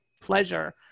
pleasure